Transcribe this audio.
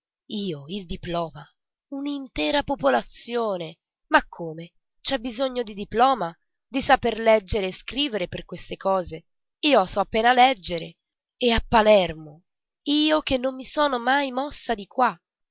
io il diploma un'intera popolazione ma come c'è bisogno di diploma di saper leggere e scrivere per queste cose io so leggere appena e a palermo io che non mi sono mai mossa di qua